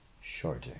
shorter